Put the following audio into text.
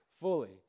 fully